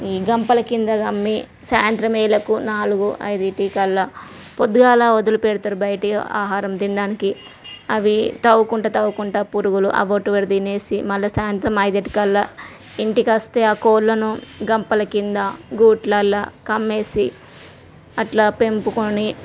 ఈ గంపల కింద గమ్మి సాయంత్రమేలకు నాలుగు ఐదింటికల్లా పొద్దుగాల వదిలి పెడతారు బయటకి ఆహరం తినడానికి అవి తవ్వుకుంట తవ్వుకుంట పురుగులు ఆ పొట్టుకూడా తినేసి మళ్ళీ సాయంత్రం ఐదింటికల్లా ఇంటికి వస్తే ఆ కోళ్ళను గంపల కింద గూళ్ళలో కమ్మేసి అట్లా పెంపుకొని